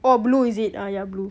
oh blue is it ah ya blue